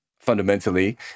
fundamentally